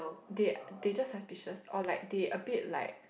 they they just suspicious or like they a bit like